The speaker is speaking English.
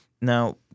now